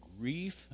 grief